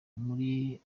muri